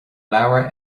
leabhar